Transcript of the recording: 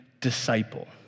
disciple